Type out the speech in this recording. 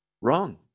Wrong